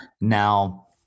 Now